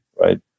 Right